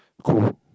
cool